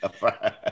right